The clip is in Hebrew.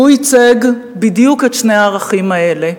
והוא ייצג בדיוק את שני הערכים האלה.